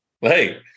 hey